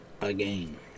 Again